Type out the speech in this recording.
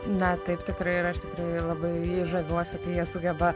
na taip tikrai yra iš tikrųjų labai žaviuosi kai jie sugeba